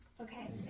Okay